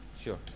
Sure